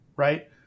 Right